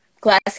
Glass